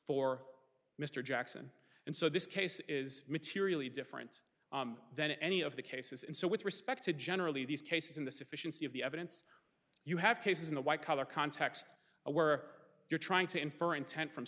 for mr jackson and so this case is materially different than any of the cases and so with respect to generally these cases in the sufficiency of the evidence you have cases in the white collar context of where you're trying to infer intent from